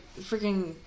freaking